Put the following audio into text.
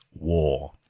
War